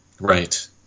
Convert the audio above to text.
Right